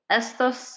estos